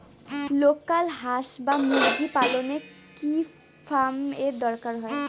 Local হাস বা মুরগি পালনে কি ফার্ম এর দরকার হয়?